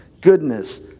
goodness